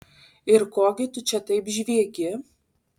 ir ko gi čia tu taip žviegi